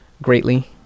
greatly